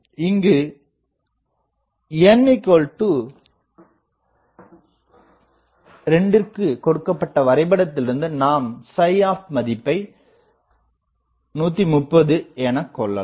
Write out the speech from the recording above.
இங்கு n2 விற்குக் கொடுக்கப்பட்ட வரைபடத்திலிருந்து நாம் optமதிப்பை 130 எனக் கண்டுகொள்ளலாம்